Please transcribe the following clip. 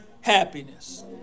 happiness